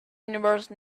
universe